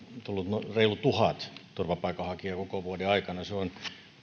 tullut reilu tuhat turvapaikanhakijaa koko vuoden aikana se on